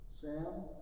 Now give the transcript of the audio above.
Sam